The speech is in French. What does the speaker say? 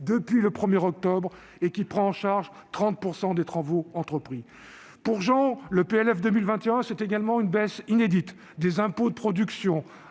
depuis le 1 octobre et prenant en charge 30 % des travaux entrepris. Pour Jean, le PLF pour 2021, c'est également une baisse inédite des impôts de production,